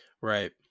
right